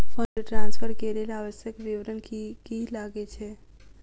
Fund transfer केँ लेल आवश्यक विवरण की की लागै छै?